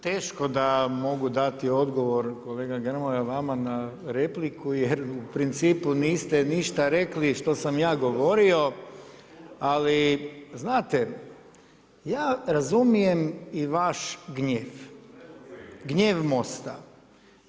Teško da mogu dati odgovor kolega Grmoja vama na repliku jer u principu niste ništa rekli što sam ja govorio ali znate, ja razumijem i vaš gnjev, gnjev MOST-a.